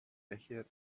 becher